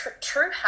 true